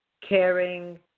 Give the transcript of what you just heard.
caring